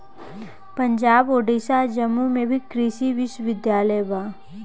पंजाब, ओडिसा आ जम्मू में भी कृषि विश्वविद्यालय बा